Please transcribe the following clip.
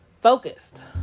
focused